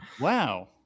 Wow